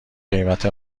قیمت